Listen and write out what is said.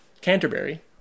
Canterbury